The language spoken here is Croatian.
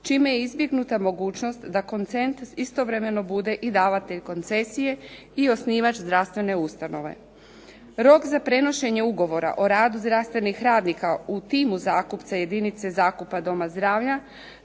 čime je izbjegnuta mogućnost da koncent istovremeno bude i davatelj koncesije i osnivač zdravstvene ustanove. Rok za prenošenje Ugovora o radu zdravstvenih radnika u timu zakupca jedinice zakupa doma zdravlja